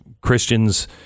Christians